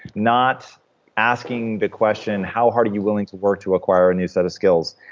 not asking the question, how hard are you willing to work to acquire a new set of skills?